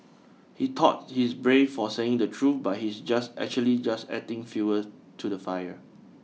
he thought he's brave for saying the truth but he's just actually just adding fuel to the fire